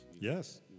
yes